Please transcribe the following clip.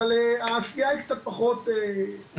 אבל העשייה היא קצת פחות נחמדה.